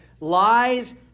lies